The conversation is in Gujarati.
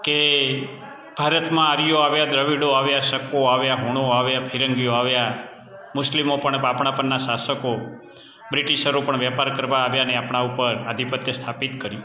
કે ભારતમાં આર્યો આવ્યા દ્રવિડો આવ્યા શકો આવ્યા હુંણો આવ્યા ફિરંગીઓ આવ્યા મુસ્લિમો પણ આપણાં પરનાં શાસકો બ્રિટિશરો પણ વેપાર કરવા આવ્યા અને આપણાં ઉપર આધિપત્ય સ્થાપિત કરી